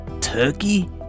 turkey